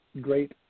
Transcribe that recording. great